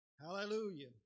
hallelujah